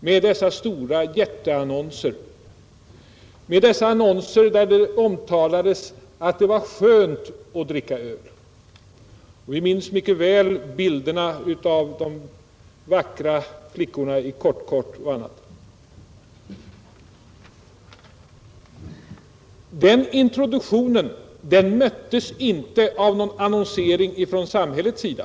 Vi minns alla dessa jätteannonser vari det omtalades att det var ”skönt” att dricka öl, vi minns bilderna av vackra flickor i kort-kort, och mycket annat. Den introduktionen möttes inte av någon annonsering från samhällets sida.